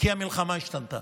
כי המלחמה השתנתה.